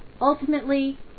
Ultimately